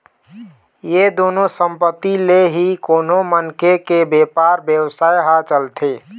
ये दुनो संपत्ति ले ही कोनो मनखे के बेपार बेवसाय ह चलथे